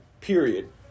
Period